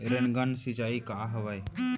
Rain gun सिंचाई का हवय?